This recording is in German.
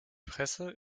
presse